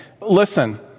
Listen